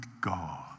God